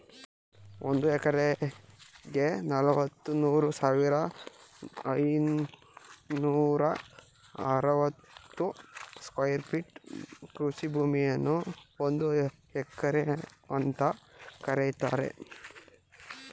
ಒಂದ್ ಎಕರೆಗೆ ನಲವತ್ಮೂರು ಸಾವಿರದ ಐನೂರ ಅರವತ್ತು ಸ್ಕ್ವೇರ್ ಫೀಟ್ ಕೃಷಿ ಭೂಮಿಯನ್ನು ಒಂದು ಎಕರೆ ಅಂತ ಕರೀತಾರೆ